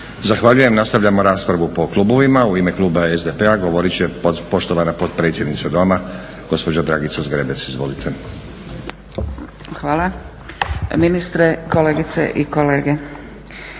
Zahvaljujem. Nastavljamo raspravu po klubovima. U ime kluba SDP-a govorit će poštovana potpredsjednica Doma gospođa Dragica Zgrebec. Izvolite. **Zgrebec, Dragica (SDP)**